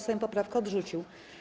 Sejm poprawkę odrzucił.